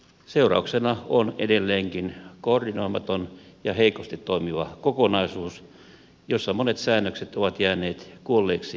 seurauksena on edelleenkin koordinoimaton ja heikosti toimiva kokonaisuus jossa monet säännökset ovat jääneet kuolleiksi kirjaimiksi